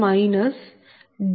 L211 dPLdPg211